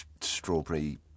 strawberry